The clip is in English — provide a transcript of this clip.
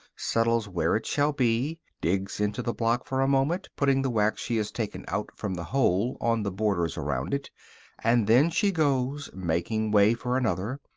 settles where it shall be digs into the block for a moment, putting the wax she has taken out from the hole on the borders around it and then she goes, making way for another,